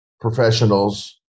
professionals